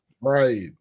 right